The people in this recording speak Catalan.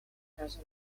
casa